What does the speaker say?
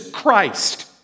Christ